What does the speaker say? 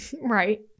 Right